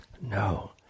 no